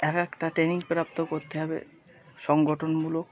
এক একটা ট্রেনিং প্রাপ্ত করতে হবে সংগঠনমূলক